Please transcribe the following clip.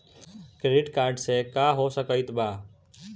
Credit card से का हो सकइत बा?